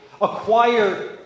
acquire